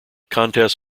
contests